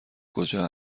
کجا